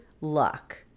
luck